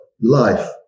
life